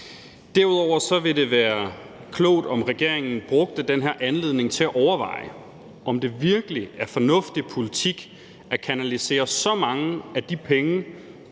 derudover være klogt, om regeringen brugte den her anledning til at overveje, om det virkelig er fornuftig politik at kanalisere så mange af de penge,